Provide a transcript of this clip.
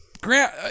Grant